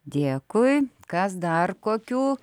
dėkui kas dar kokių